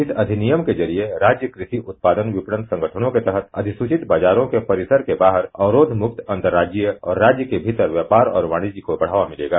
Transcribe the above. इस अधिनियम के जरिए राज्य कृषि उत्पादन विपणनसंगठनों के तहत अधिसूवित बाजारों के परिसर के बाहर अवरोध मुक्त अंतर राज्य और इंट्रा राज्य व्यापार और वाणिज्य को बढ़ावामिलेगा